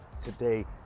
today